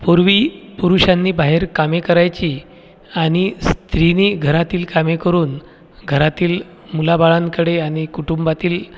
पूर्वी पुरुषांनी बाहेर कामे करायची आणि स्त्रीनी घरातील कामे करून घरातील मुलाबाळांकडे आणि कुटुंबातील